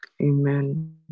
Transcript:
Amen